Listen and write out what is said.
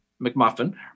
McMuffin